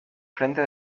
frente